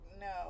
No